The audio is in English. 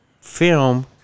film